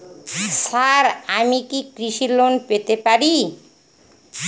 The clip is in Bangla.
স্যার আমি কি কৃষি লোন পেতে পারি?